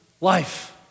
life